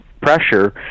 pressure